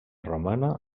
romana